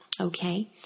Okay